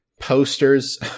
posters